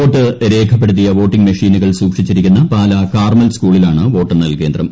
വോട്ടു രേഖപ്പെടുത്തിയ വോട്ടിംഗ് മെഷീനുകൾ സൂക്ഷിച്ചിരിക്കുന്ന പാലാ കാർമ്മൽ സ്കൂളിലാണ് വോട്ടെണ്ണൽ കേന്ദ്രം